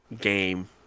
game